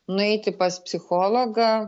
nueiti pas psichologą